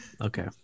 Okay